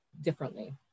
differently